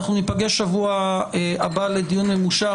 אנחנו ניפגש בשבוע הבא לדיון ממושך,